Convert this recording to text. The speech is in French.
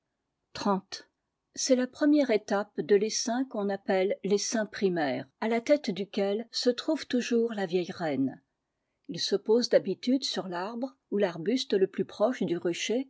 c'est la première étape de tessaîm qu on appelle l'essaim primair e à la tête duquel se trouve toujours la vieille reine il se pose d'habitude sur l'arbre ou l'arbuste le plus proche du rucher